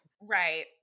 Right